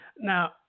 Now